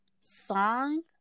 song